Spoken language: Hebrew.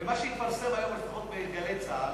ומה שהתפרסם היום לפחות ב"גלי צה"ל",